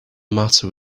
matter